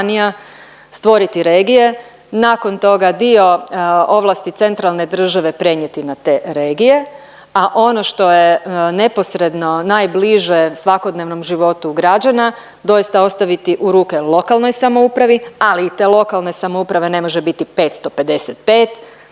stvoriti regije. Nakon toga dio ovlasti centralne države prenijeti na te regije, a ono što je neposredno najbliže svakodnevnom životu građana doista ostaviti u ruke lokalnoj samoupravi. Ali i te lokalne samouprave ne može biti 555,